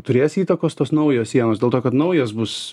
turės įtakos tos naujos sienos dėl to kad naujos bus